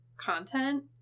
content